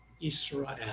Israel